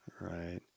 Right